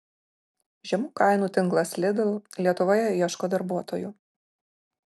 žemų kainų tinklas lidl lietuvoje ieško darbuotojų